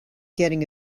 getting